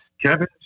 Kevin